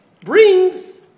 brings